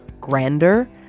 grander